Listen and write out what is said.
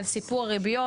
על סיפור הריביות,